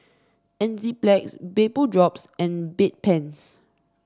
Enzyplex Vapodrops and Bedpans